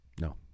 No